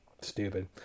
stupid